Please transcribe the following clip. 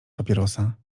papierosa